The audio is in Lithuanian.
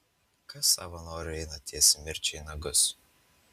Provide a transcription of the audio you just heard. kas savo noru eina tiesiai mirčiai į nagus